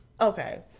Okay